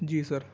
جی سر